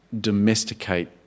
domesticate